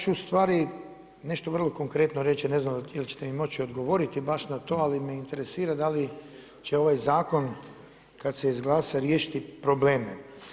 Ja ću ustvari nešto vrlo konkretno reći, ne znam jel ćete mi moći odgovoriti baš na to, ali me interesira da li će ovaj zakon kada se izglasa riješiti probleme.